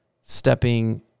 stepping